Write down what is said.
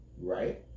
right